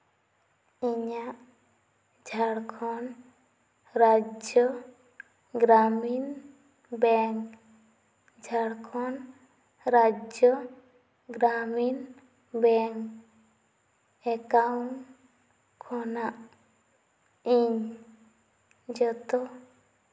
ᱤᱧᱟᱹᱜ Jharkhand Rajya Gramin Bank Jharkhand Rajya Gramin Bank account ᱠᱷᱚᱱᱟᱜ ᱤᱧ ᱡᱚᱛᱚ